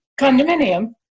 condominium